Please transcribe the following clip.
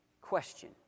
Question